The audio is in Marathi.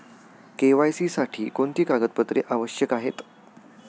के.वाय.सी साठी कोणती कागदपत्रे आवश्यक आहेत?